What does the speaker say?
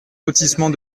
lotissement